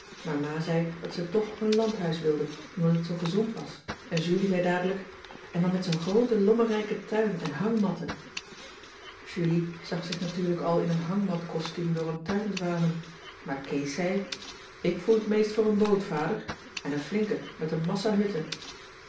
maar ma zei dat ze toch een landhuis wilde omdat het zoo gezond was en julie zei dadelijk en dan met zoo'n grooten lommerrijken tuin en hangmatten julie zag zich natuurlijk al in een hangmat costuum door een tuin dwalen maar kees zei ik voel t meest voor een boot vader en n flinke met een massa hutten